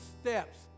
steps